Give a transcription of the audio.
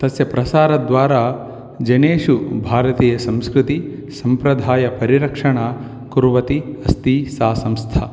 तस्य प्रसारद्वारा जनेषु भारतीयसंस्कृतिः सम्प्रदायपरिरक्षणं कुर्वति अस्ति सा संस्था